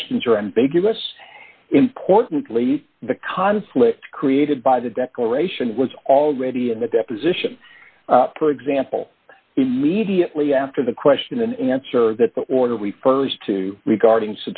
questions are ambiguous importantly the conflicts created by the declaration was already in the deposition per example immediately after the question and answer that the order refers to regarding